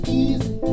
easy